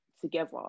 together